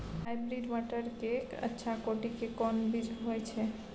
Hybrid मटर के अच्छा कोटि के कोन बीज होय छै?